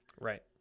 Right